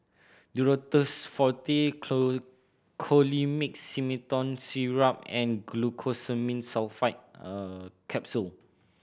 Duro Tuss Forte Colimix Simethicone Syrup and Glucosamine Sulfate Capsule